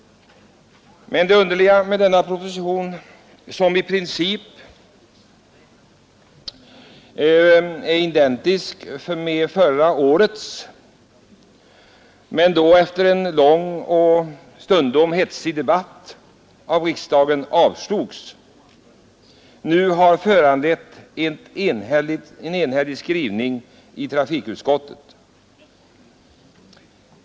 Men det underliga med årets proposition, som i princip är identisk med förra årets proposition vilken efter en lång och stundom hetsig debatt avslogs av riksdagen, är att den har föranlett en enhällig skrivning i trafikutskottet.